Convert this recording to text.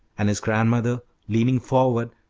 and his grandmother, leaning forward,